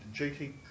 GT